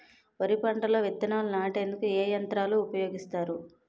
వరి పంటలో విత్తనాలు నాటేందుకు ఏ యంత్రాలు ఉపయోగిస్తారు?